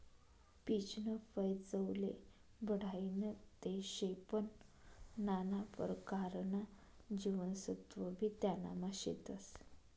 पीचनं फय चवले बढाईनं ते शे पन नाना परकारना जीवनसत्वबी त्यानामा शेतस